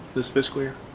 this fiscal year.